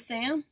Sam